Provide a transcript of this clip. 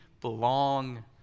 belong